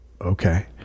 Okay